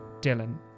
Dylan